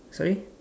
sorry